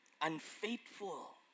unfaithful